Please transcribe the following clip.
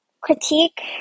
critique